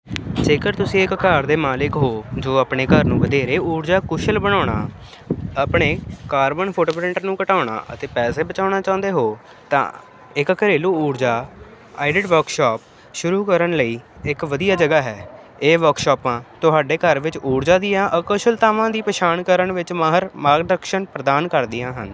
ਜੇਕਰ ਤੁਸੀਂ ਇੱਕ ਘਰ ਦੇ ਮਾਲਿਕ ਹੋ ਜੋ ਆਪਣੇ ਘਰ ਨੂੰ ਵਧੇਰੇ ਊਰਜਾ ਕੁਸ਼ਲ ਬਣਾਉਣਾ ਆਪਣੇ ਕਾਰਬਨ ਫੁੱਟ ਪ੍ਰਿੰਟ ਨੂੰ ਘਟਾਉਣਾ ਅਤੇ ਪੈਸੇ ਬਚਾਉਣਾ ਚਾਹੁੰਦੇ ਹੋ ਤਾਂ ਇੱਕ ਘਰੇਲੂ ਊਰਜਾ ਆਈਡਿਟ ਵਰਕਸ਼ੋਪ ਸ਼ੁਰੂ ਕਰਨ ਲਈ ਇੱਕ ਵਧੀਆ ਜਗ੍ਹਾ ਹੈ ਇਹ ਵਰਕਸ਼ਾਪਾਂ ਤੁਹਾਡੇ ਘਰ ਵਿੱਚ ਊਰਜਾ ਦੀਆਂ ਅਕੁਸ਼ਲਤਾਵਾਂ ਦੀ ਪਛਾਣ ਕਰਨ ਵਿੱਚ ਮਾਹਰ ਮਾਰਗਦਰਸ਼ਨ ਪ੍ਰਦਾਨ ਕਰਦੀਆਂ ਹਨ